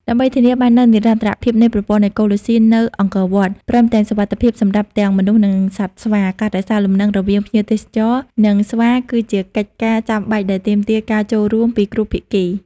ដើម្បីធានាបាននូវនិរន្តរភាពនៃប្រព័ន្ធអេកូឡូស៊ីនៅអង្គរវត្ត ព្រមទាំងសុវត្ថិភាពសម្រាប់ទាំងមនុស្ស និងសត្វស្វា ការរក្សាលំនឹងរវាងភ្ញៀវទេសចរ និងស្វាគឺជាកិច្ចការចាំបាច់ដែលទាមទារការចូលរួមពីគ្រប់ភាគី។